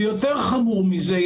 יותר חמור מזה,